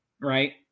Right